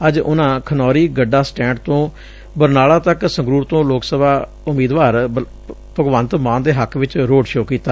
ਅੱਜ ਉਨੁਾ ਖਨੌਰੀ ਗੱਡਾ ਸਟੈ'ਡ ਤੋ' ਬਰਨਾਲਾ ਤੱਕ ਸੰਗਰੂਰ ਤੋ' ਲੋਕ ਸਭਾ ਉਮੀਦਵਾਰ ਭਗਵੰਤ ਮਾਨ ਦੇ ਹੱਕ ਵਿਚ ਰੋਡ ਸ਼ੋ ਕੀਤਾ